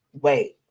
wait